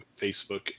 Facebook